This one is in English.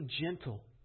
gentle